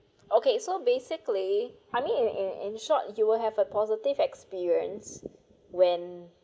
okay so basically I mean in in in short you will have a positive experience when